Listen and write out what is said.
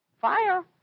Fire